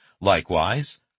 Likewise